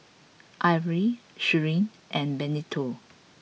Avery Sheri and Benito